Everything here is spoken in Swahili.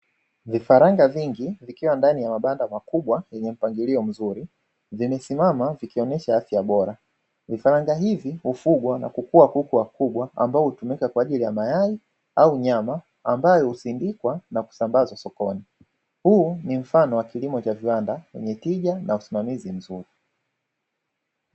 Vifaranga vingi vikiwa ndani ya mabanda makubwa, vyenye mpangilio mzuri vimesimama vikionesha afya bora. Vifaranga hivi hufugwa na kukua kuku wakubwa ambao hutumika kwa ajili ya mayai au nyama, ambayo husindikwa na kusambazwa sokoni, huu ni mfano wa kilimo cha viwanda na wenye tija na usimamamizi mzuri.